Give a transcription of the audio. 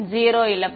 0 இழப்பு